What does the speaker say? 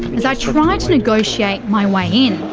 as i try to negotiate my way in,